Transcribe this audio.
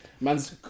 man's